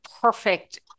perfect